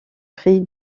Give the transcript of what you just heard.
prix